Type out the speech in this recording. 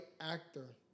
actor